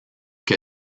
que